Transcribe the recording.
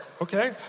Okay